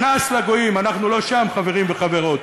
פנס לגויים, אנחנו לא שם, חברים וחברות.